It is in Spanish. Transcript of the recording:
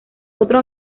otro